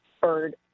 bird